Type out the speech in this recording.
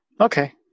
Okay